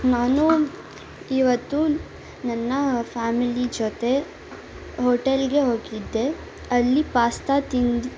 ನಾನು ಇವತ್ತು ನನ್ನ ಫ್ಯಾಮಿಲಿ ಜೊತೆ ಹೋಟೆಲ್ಗೆ ಹೋಗಿದ್ದೆ ಅಲ್ಲಿ ಪಾಸ್ತಾ ತಿಂದು